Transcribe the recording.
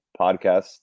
podcast